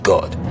God